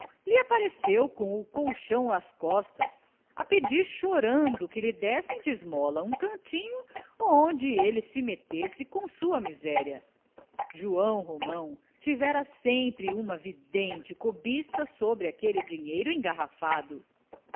lhe apareceu com o colchão às costas a pedir chorando que lhe dessem de esmola um cantinho onde ele se metesse com sua miséria joão romão tivera sempre uma vidente cobiça sobre aquele dinheiro engarrafado